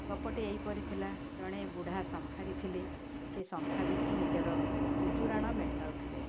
ଗପଟି ଏହିପରି ଥିଲା ଜଣେ ବୁଢ଼ା ଶଙ୍ଖାରି ଥିଲେ ସେ ଶଙ୍ଖା ବିକି ନିଜର ଗୁଜୁରାଣ ମେଣ୍ଟାଉ ଥିଲେ